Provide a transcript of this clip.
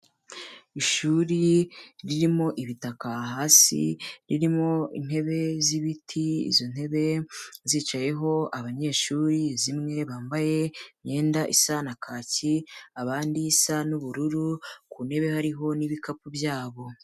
Ishuri ririmo ibitaka hasi, ririmo intebe z'ibiti, izo ntebe zicayeho abanyeshuri, zimwe bambaye imyenda isa na kaki, abandi isa n'ubururu, ku ntebe hariho n'ibikapu byabo.